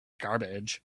garbage